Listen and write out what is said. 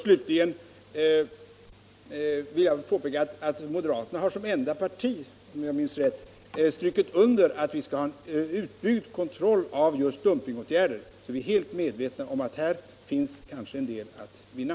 Slutligen vill jag påpeka att moderaterna som enda parti, om jag minns rätt, har i reservation strukit under att vi måste ha en utbyggd kontroll av dumpingåtgärder. Vi är alltså medvetna om att här kanske finns en del att vinna.